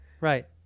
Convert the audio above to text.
Right